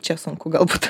čia sunku galbūt